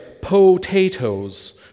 potatoes